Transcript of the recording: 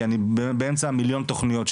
כי אני באמצע מיליון תכניות,